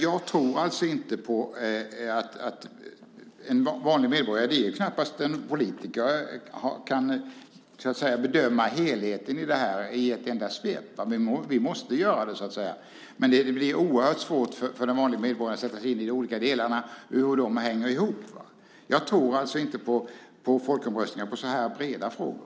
Jag tror inte att en vanlig medborgare - det är knappt ens en politiker kan det - kan bedöma helheten i detta i ett enda svep. Vi måste göra det, så att säga, men det blir oerhört svårt för en vanlig medborgare att sätta sig in i de olika delarna och hur de hänger ihop. Jag tror alltså inte på folkomröstningar i så här breda frågor.